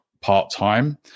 part-time